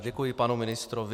Děkuji panu ministrovi.